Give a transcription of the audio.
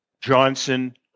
Johnson